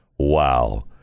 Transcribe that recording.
wow